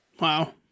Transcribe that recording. Wow